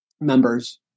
members